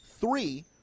three